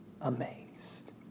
amazed